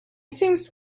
seems